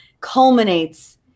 culminates